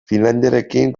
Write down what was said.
finlandiarekin